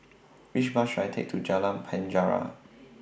Which Bus should I Take to Jalan Penjara